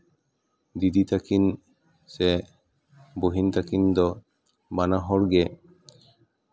ᱫᱤᱫᱤ ᱛᱟᱹᱠᱤᱱ ᱥᱮ ᱵᱩᱦᱤᱱ ᱛᱟᱹᱠᱤᱱ ᱫᱚ ᱵᱟᱱᱟᱦᱚᱲ ᱜᱮ